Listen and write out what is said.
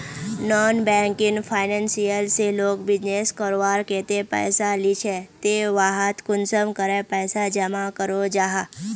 Non banking financial से लोग business करवार केते पैसा लिझे ते वहात कुंसम करे पैसा जमा करो जाहा?